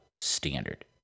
standard